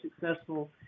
successful